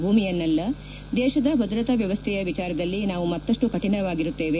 ಭೂಮಿಯನ್ನಲ್ಲ ದೇಶದ ಭದ್ರತಾ ವ್ಯವಸ್ಥೆಯ ವಿಚಾರದಲ್ಲಿ ನಾವು ಮತ್ತಷ್ಟು ಕಠಿಣವಾಗಿರುತ್ತೇವೆ